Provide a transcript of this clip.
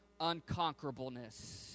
unconquerableness